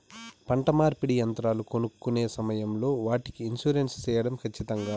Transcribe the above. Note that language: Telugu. పంట నూర్పిడి యంత్రాలు కొనుక్కొనే సమయం లో వాటికి ఇన్సూరెన్సు సేయడం ఖచ్చితంగా?